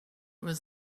was